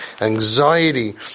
anxiety